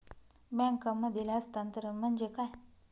बँकांमधील हस्तांतरण म्हणजे काय?